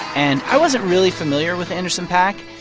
and i wasn't really familiar with anderson paak.